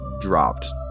dropped